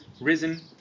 risen